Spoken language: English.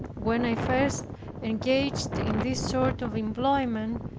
when i first engaged in this sort of employment,